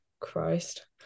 Christ